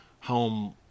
home